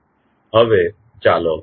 હવે ચાલો એનાલોજીસ વિશે વાત કરીએ